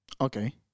Okay